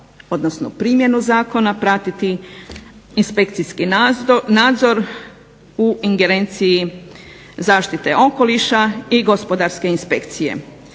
da će primjenu zakona pratiti inspekcijski nadzor u ingerenciji zaštite okoliša i gospodarske inspekcije.